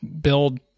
build